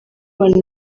abana